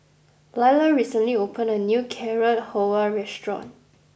Lilah recently opened a new Carrot Halwa restaurant